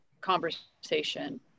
conversation